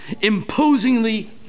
imposingly